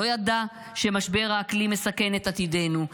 לא ידע שמשבר האקלים מסכן את עתידנו,